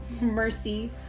mercy